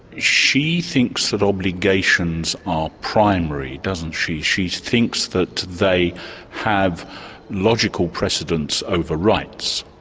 she thinks that obligations are primary doesn't she, she thinks that they have logical precedents over rights.